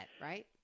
right